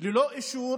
ללא אישור